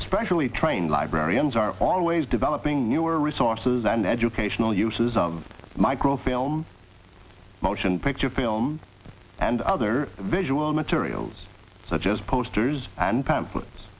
specially trained librarians are always developing newer resources and educational uses of micro film motion picture film and other visual materials such as posters and pamphlets